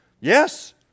Yes